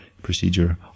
procedure